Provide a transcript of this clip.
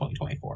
2024